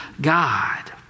God